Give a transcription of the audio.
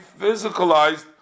physicalized